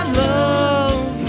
love